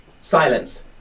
silence